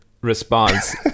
response